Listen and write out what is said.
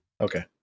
Okay